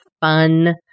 fun